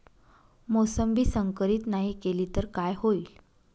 मोसंबी संकरित नाही केली तर काय होईल?